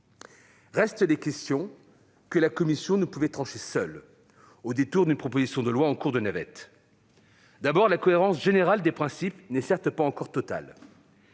Restent les questions que la commission ne pouvait pas trancher seule au détour d'une proposition de loi en cours de navette. D'abord, la cohérence générale des principes n'est pas encore totale.